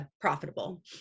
profitable